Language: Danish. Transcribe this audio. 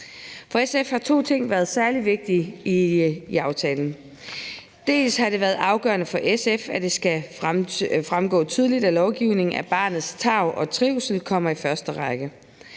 For SF har to ting været særlig vigtige i aftalen. Dels har det været afgørende for SF, at det skal fremgå tydeligt, at barnets tarv og trivsel kommer i første række.